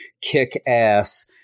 kick-ass